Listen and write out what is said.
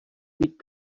být